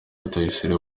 rutayisire